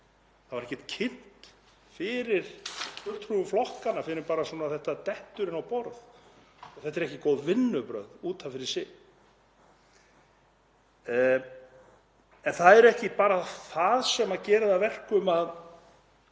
Það var ekki kynnt fyrir fulltrúum flokkanna fyrr en það datt inn á borð og þetta eru ekki góð vinnubrögð út af fyrir sig. En það er ekki bara það sem gerir það að verkum að